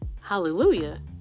Hallelujah